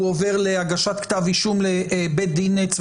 הוא עובר להגשת כתב אישום לבית דין צבאי,